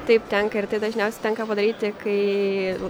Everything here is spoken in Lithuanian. taip tenka ir tai dažniausiai tenka padaryti kai